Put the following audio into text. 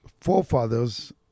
forefathers